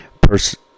person